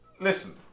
listen